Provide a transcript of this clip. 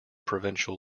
provincial